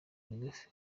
rigufi